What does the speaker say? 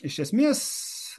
iš esmės